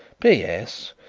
p s.